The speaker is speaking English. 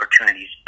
opportunities